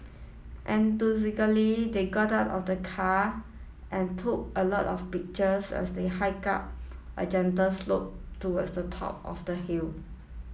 enthusiastically they got out of the car and took a lot of pictures as they hiked up a gentle slope towards the top of the hill